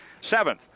Seventh